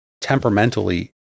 temperamentally